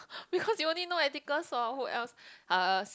because you only know Atticus orh who else uh